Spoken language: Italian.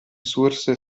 source